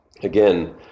Again